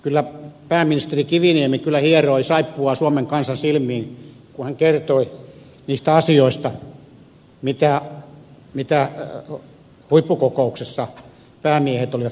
kyllä pääministeri kiviniemi hieroi saippuaa suomen kansan silmiin kun hän kertoi niistä asioista mitä huippukokouksessa päämiehet olivat sopineet